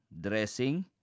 dressing